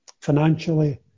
financially